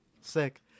Sick